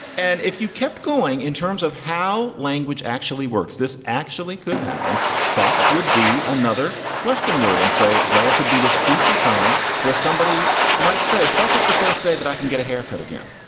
and if you kept going in terms of how language actually works, this actually could happen. fuck would be another question word. and so there could be this future time where somebody might say, fuck is the first day that i can get a haircut. again,